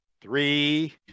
three